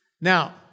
Now